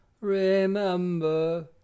remember